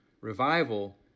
Revival